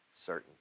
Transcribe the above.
certain